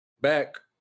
back